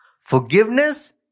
Forgiveness